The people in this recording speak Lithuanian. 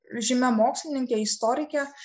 žymia mokslininke istorike